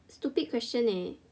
stupid question eh